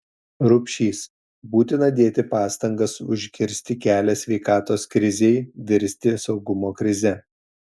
rupšys būtina dėti pastangas užkirsti kelią sveikatos krizei virsti saugumo krize